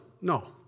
no